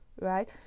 right